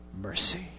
mercy